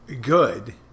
good